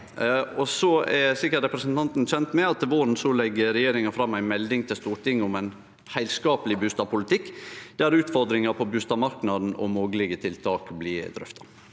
Så er sikkert representanten kjent med at til våren legg regjeringa fram ei melding til Stortinget om ein heilskapleg bustadpolitikk, der utfordringar på bustadmarknaden og moglege tiltak blir drøfta.